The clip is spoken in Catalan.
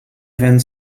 ben